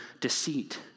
deceit